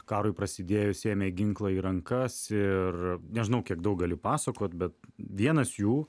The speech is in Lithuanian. karui prasidėjus ėmė ginklą į rankas ir nežinau kiek daug gali papasakot bet vienas jų